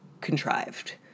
contrived